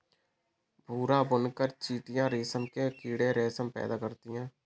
भूरा बुनकर चीटियां रेशम के कीड़े रेशम पैदा करते हैं